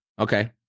Okay